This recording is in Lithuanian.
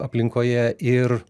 aplinkoje ir